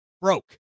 broke